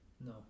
no